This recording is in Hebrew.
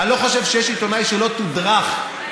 אני